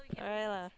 alright lah